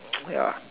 ya